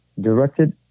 Directed